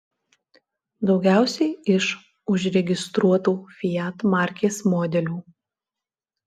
daugiausiai iš užregistruotų fiat markės modelių